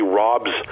robs